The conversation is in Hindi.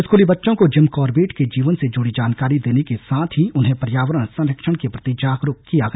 स्कूली बच्चों को जिम कॉर्बेट के जीवन से जुड़ी जानकारी देने के साथ ही उन्हें पर्यावरण संरक्षण के प्रति जागरूक किया गया